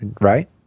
right